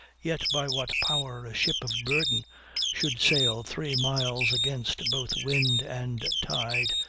yet by what power a ship of burden should sail three miles against both wind and tide,